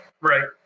Right